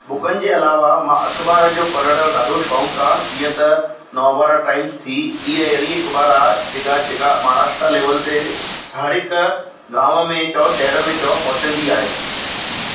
बुकनि जे अलावा मां अख़बार जो पढ़ण जो डाढो शौक़ु आहे जीअं त नवभारत टाइम्स थी इहा अहिड़ी अख़ॿारु आहे जेका महाराष्ट्र लेवल ते हर हिक गांव में चओ शहर में चओ पहुचंदी आहे